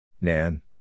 Nan